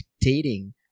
dictating